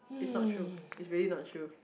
is not true is really not true